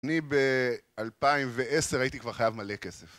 אני ב-2010 הייתי כבר חייב מלא כסף